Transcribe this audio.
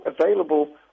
available